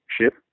ship